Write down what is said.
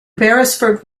beresford